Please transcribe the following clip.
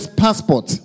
passport